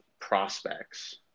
prospects